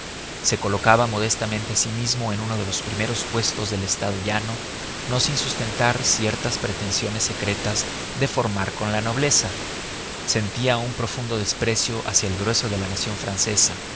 se colocaba modestamente a sí mismo en uno de los primeros puestos del estado llano no sin sustentar ciertas pretensiones secretas de formar con la nobleza sentía un profundo desprecio hacia el grueso de la nación francesa